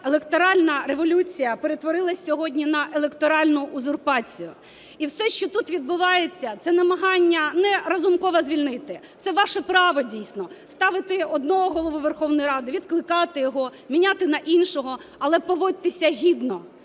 електоральна революція перетворилася сьогодні на електоральну узурпацію. І все, що тут відбувається – це намагання не Разумкова звільнити, це ваше право дійсно – ставити одного Голову Верховної Ради, відкликати, його міняти на іншого. Але поводьтеся гідно,